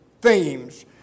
themes